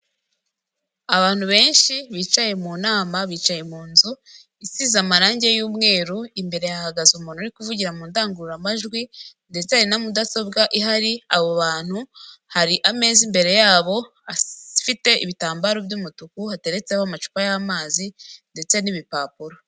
Abantu benshi bicaye mu nama bicaye mu nzu isize amarangi y'umweru imbere hahagaze umuntu uri kuvugira mu ndangururamajwi ndetse hari na mudasobwa ihari abo bantu hari ameza imbere yabo afite ibitambaro by'umutuku hateretseho amacupa y'amazi ndetse n'ibipapuro .